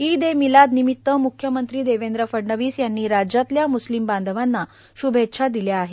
ईद ए मिलाद निमित्त म्ख्यमंत्री देवेंद्र फडणवीस यांनी देखील राज्यातल्या म्स्लिम बांधवांना श्भेच्छा दिल्या आहेत